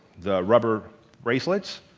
the rubber bracelets,